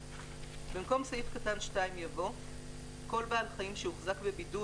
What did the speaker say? במקום סעיף קטן (2) יבוא: "(2)כל בעל חיים שהוחזק בבידוד